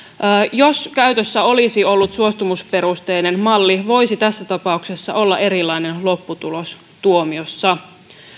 jos käytössä olisi ollut suostumusperusteinen malli voisi tässä tapauksessa olla erilainen lopputulos tuomiossa